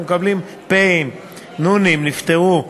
אנחנו מקבלים פ"א-נו"נים, נפטרו,